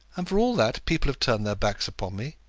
and for all that people have turned their backs upon me.